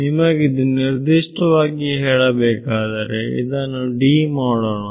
ನಿಮಗಿದು ನಿರ್ದಿಷ್ಟವಾಗಿ ಬೇಕಾದರೆ ಇದನ್ನು D ಮಾಡೋಣ